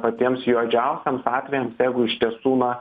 patiems juodžiausiems atvejams jeigu iš tiesų na